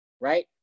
Right